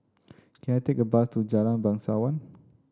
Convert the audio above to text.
can I take a bus to Jalan Bangsawan